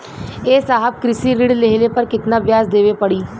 ए साहब कृषि ऋण लेहले पर कितना ब्याज देवे पणी?